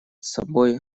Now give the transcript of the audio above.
собой